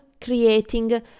creating